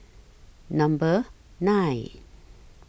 Number nine